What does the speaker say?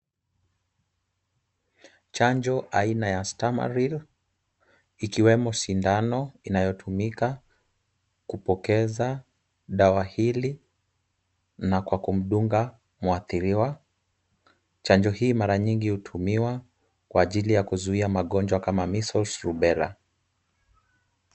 Chanjo aina ya stamaryl, ikiwemo sindano inayotumika kupokeza dawa hili na kwa kumdunga muathiriwa. Chanjo hii mara nyingi hutumiwa kwa ajili ya kuzuia magonjwa kama measles rubella .